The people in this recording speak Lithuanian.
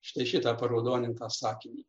štai šitą paraudoninta sakinį